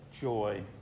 joy